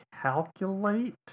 calculate